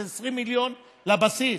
זה 20 מיליון לבסיס,